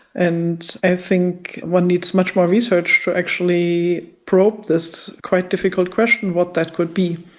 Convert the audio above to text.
and i think one needs much more research to actually probe this quite difficult question what that could be.